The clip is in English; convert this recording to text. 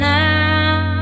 now